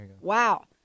Wow